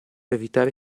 evitare